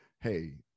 hey